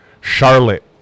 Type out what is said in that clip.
Charlotte